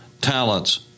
talents